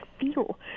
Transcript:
feel